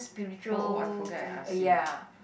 oh oh I forgot I asked you